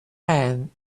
men